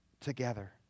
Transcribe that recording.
together